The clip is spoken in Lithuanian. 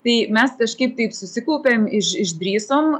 tai mes kažkaip taip susikaupėm iš išdrįsom